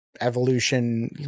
evolution